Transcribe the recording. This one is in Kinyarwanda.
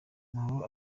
mahoro